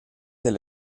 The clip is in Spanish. del